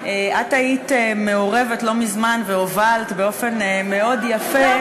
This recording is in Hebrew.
את היית מעורבת לא מזמן והובלת באופן מאוד יפה,